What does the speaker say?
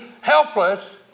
helpless